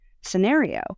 scenario